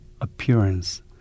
appearance